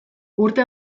urte